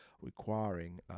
requiring